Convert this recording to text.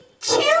chill